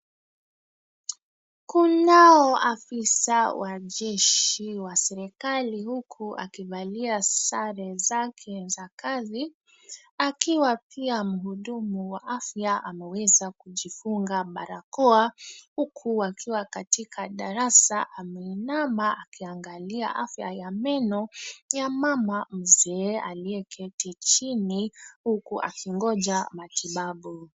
Kunao afisa wa jeshi wa serikali huku akivalia sare zake za kazi, akiwa pia muhudumu wa afya ameweza kujifunga barakoa, huku akiwa katika darasa ameinama akiangalia afya ya meno ya mama mzee, aliyeketi chini huku akingoja matibabu.